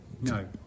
No